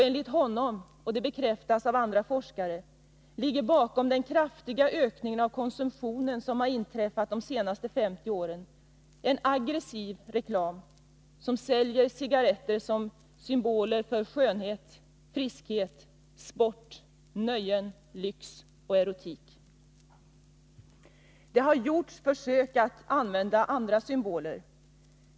Enligt honom — och det bekräftas av andra forskare — ligger en aggressiv reklam, som marknadsför cigaretter som symboler för skönhet, friskhet, sport, nöjen, lyx och erotik, bakom den kraftiga ökning av konsumtionen som skett under de senaste 50 åren. Det har gjorts försök att använda andra symboler.